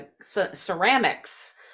ceramics